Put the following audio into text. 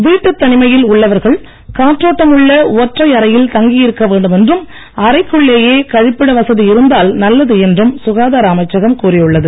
வீட்டுத் தனிமையில் உள்ளவர்கள் காற்றோட்டமுள்ள ஒற்றை அறையில் தங்கியிருக்க வேண்டும் என்றும் அறைக்குள்ளேயே கழிப்பிட வசதி இருந்தால் நல்லது என்றும் சுகாதார அமைச்சகம் கூறியுள்ளது